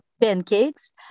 pancakes